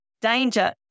danger